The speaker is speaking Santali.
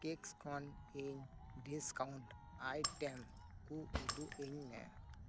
ᱠᱮᱠᱥ ᱠᱷᱚᱱ ᱤᱧ ᱰᱤᱥᱠᱟᱣᱩᱸᱰ ᱟᱭᱴᱮᱢ ᱠᱚ ᱩᱫᱩᱜ ᱟᱹᱧ ᱢᱮ